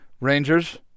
Rangers